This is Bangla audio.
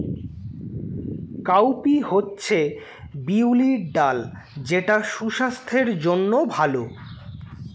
কাউপি হচ্ছে বিউলির ডাল যেটা সুস্বাস্থ্যের জন্য ভালো